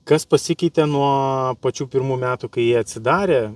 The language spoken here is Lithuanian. kas pasikeitė nuo pačių pirmų metų kai atsidarė